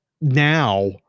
now